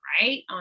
right